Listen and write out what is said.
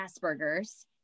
Asperger's